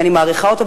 שאני מעריכה אותו,